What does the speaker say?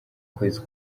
kwezi